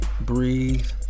breathe